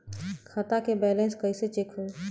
खता के बैलेंस कइसे चेक होई?